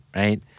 right